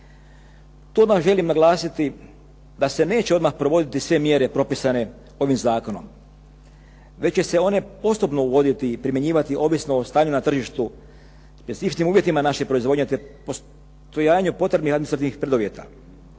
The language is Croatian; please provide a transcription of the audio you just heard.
To odmah želim naglasiti da se neće odmah provoditi sve mjere propisane ovim zakonom, već će se one posebno uvoditi i primjenjivati ovisno o stanju na tržištu, jer s istim uvjetima naše proizvodnje te postojanju potrebnih administrativnih preduvjeta.